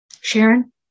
Sharon